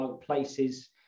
places